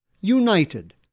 united